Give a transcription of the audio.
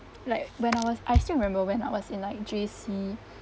like when I was I still remember when I was in like J_C